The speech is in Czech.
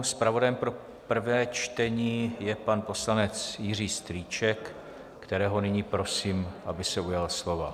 Zpravodajem pro prvé čtení je pan poslanec Jiří Strýček, kterého nyní prosím, aby se ujal slova.